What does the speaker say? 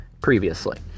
previously